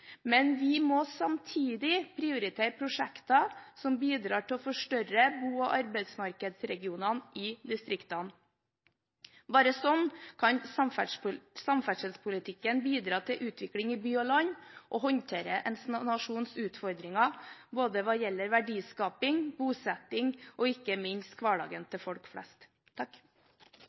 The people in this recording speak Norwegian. Men vi må samtidig prioritere prosjekter som bidrar til å forstørre bo- og arbeidsmarkedsregioner i distriktene. Bare slik kan samferdselspolitikken bidra til utvikling i by og land og håndtere en nasjons utfordringer både hva gjelder verdiskaping, bosetting og – ikke minst – hverdagen til folk flest.